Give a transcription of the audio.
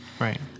Right